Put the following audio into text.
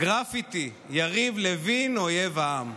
גרפיטי: יריב לוין, אויב העם.